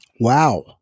Wow